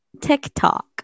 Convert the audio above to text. TikTok